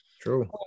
true